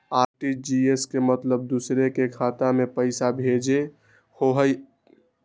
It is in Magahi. आर.टी.जी.एस के मतलब दूसरे के खाता में पईसा भेजे होअ हई?